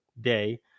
day